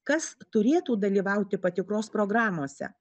kas turėtų dalyvauti patikros programose